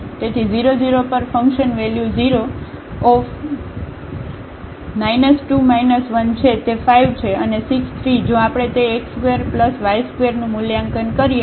તેથી 0 0 પર function value 0 2 1 છે તે 5 છે અને 6 3 જો આપણે તે x2y2 નું મૂલ્યાંકન કરીએ